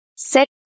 Set